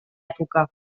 època